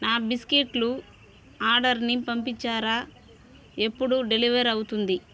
నా బిస్కెట్లు ఆర్డర్ని పంపించారా ఎప్పుడు డెలివర్ అవుతుంది